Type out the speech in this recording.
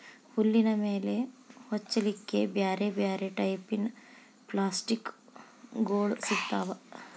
ಹುಲ್ಲಿನ ಮೇಲೆ ಹೊಚ್ಚಲಿಕ್ಕೆ ಬ್ಯಾರ್ ಬ್ಯಾರೆ ಟೈಪಿನ ಪಪ್ಲಾಸ್ಟಿಕ್ ಗೋಳು ಸಿಗ್ತಾವ